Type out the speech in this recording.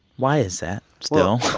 why is that still?